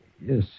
Yes